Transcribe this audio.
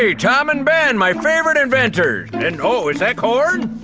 yeah tom and ben! my favorite inventors! and. oh, is that corn?